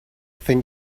think